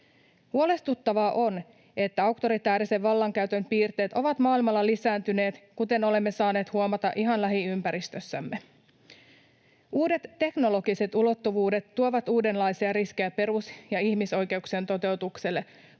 Huolestuttavaa on, että autoritäärisen vallankäytön piirteet ovat maailmalla lisääntyneet, kuten olemme saaneet huomata ihan lähiympäristössämme. Uudet, teknologiset ulottuvuudet tuovat uudenlaisia riskejä perus- ja ihmisoikeuksien toteutukselle,